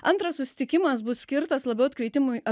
antras susitikimas bus skirtas labiau atkreitimui